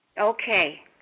Okay